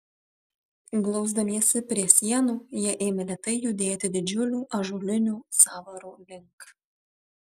glausdamiesi prie sienų jie ėmė lėtai judėti didžiulių ąžuolinių sąvarų link